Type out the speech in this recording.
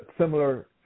similar